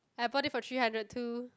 I bought it for three hundred too